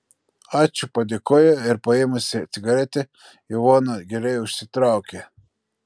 ačiū padėkojo ir paėmusi cigaretę ivona giliai užsitraukė